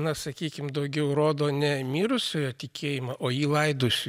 na sakykim daugiau rodo ne mirusiojo tikėjimą o jį laidojusių